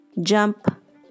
jump